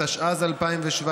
התשע"ז 2017,